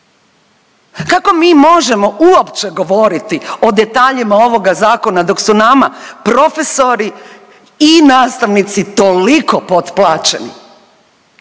Kako mi možemo uopće govoriti o detaljima ovoga zakona dok su nama profesori i nastavnici toliko potplaćeni,